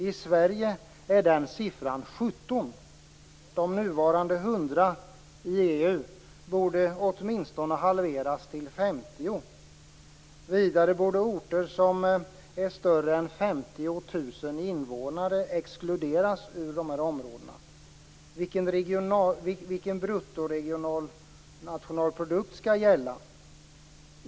I Sverige är den siffran 17. Den nuvarande siffran i EU, 100, borde åtminstone halveras till 50. Vidare borde orter som har fler än 50 000 invånare exkluderas från områdena. Vilken bruttoregionalprodukt skall gälla?